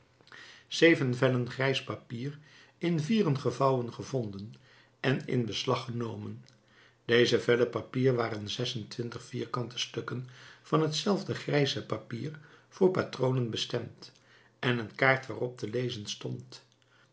zeven vellen grijs papier in vieren gevouwen gevonden en in beslag genomen deze vellen papier waren zes-en-twintig vierkante stukken van hetzelfde grijze papier voor patronen bestemd en een kaart waarop te lezen stond